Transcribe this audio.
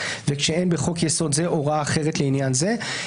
וכשאין בחוק יסוד זה הוראה אחרת לעניין זה.".